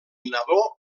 nadó